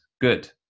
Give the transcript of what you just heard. Good